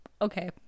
okay